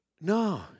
No